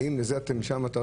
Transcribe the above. האם זאת המטרה?